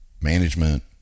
management